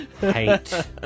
hate